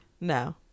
no